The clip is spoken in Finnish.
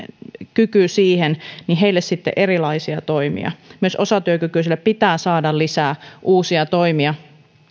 kyky siihen niin että heille kohdistetaan erilaisia toimia myös osatyökykyisille pitää saada lisää uusia toimia